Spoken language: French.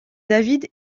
david